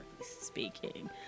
speaking